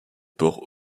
ports